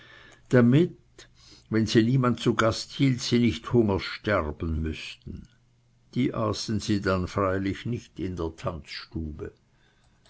damit wenn sie niemand zu gast hielt sie nicht hungers sterben müßten die aßen sie dann freilich nicht in der tanzstube